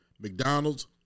McDonald's